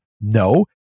No